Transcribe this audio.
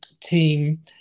Team